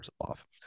off